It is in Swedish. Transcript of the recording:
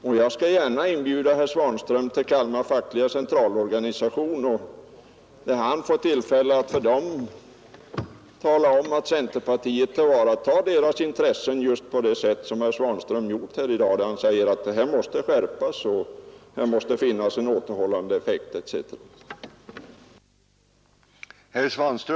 Och jag skall gärna inbjuda herr Svanström till Kalmar fackliga centralorganisation, så att han får tillfälle att tala om för medlemmarna där att centerpartiet tillvaratar deras intressen på det sätt som herr Svanström gjort här i dag, när han säger att det måste ske en skärpning av lagen, att det måste bli en återhållande effekt etc.